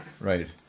Right